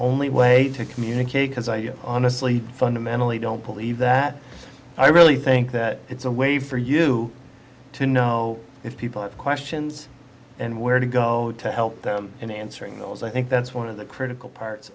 only way to communicate because i honestly fundamentally don't believe that i really think that it's a way for you to know if people have questions and where to go to help them in answering those i think that's one of the critical parts